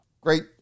Great